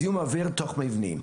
זיהום אוויר תוך מבני.